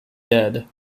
dead